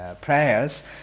prayers